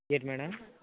ఏంటి మేడం